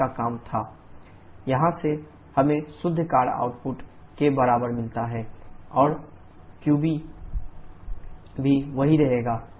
pump का काम था WP3997 kJkg जहां से हमें शुद्ध कार्य आउटपुट के बराबर मिलता है WnetWT WP101478 kJkg और qB भी वही रहेगा